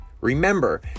Remember